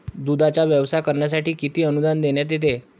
दूधाचा व्यवसाय करण्यासाठी किती अनुदान देण्यात येते?